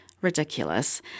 ridiculous